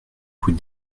vous